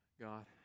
God